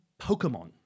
Pokemon